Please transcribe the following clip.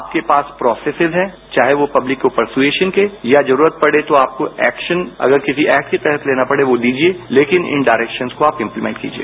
आपके पास प्रोसेसिज है चाहे वो पब्लिक को प्रसूऐशन के या जरूरत पड़े तो आपको एक्शन या किसी एक्ट के तहत लेना पड़े तो वो दीजिए लेकिन इन डारेक्शंस को आप इम्पलीमेंट कीजिए